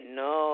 no